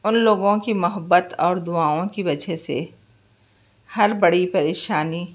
ان لوگوں کی محبت اور دعاؤں کی وجہ سے ہر بڑی پریشانی